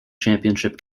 championship